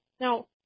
Now